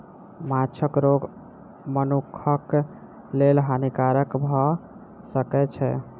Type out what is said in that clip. माँछक रोग मनुखक लेल हानिकारक भअ सकै छै